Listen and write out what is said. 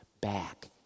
back